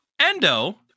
Endo